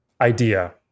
idea